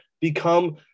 become